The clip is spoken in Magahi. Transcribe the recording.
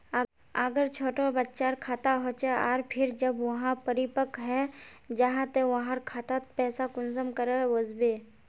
अगर छोटो बच्चार खाता होचे आर फिर जब वहाँ परिपक है जहा ते वहार खातात पैसा कुंसम करे वस्बे?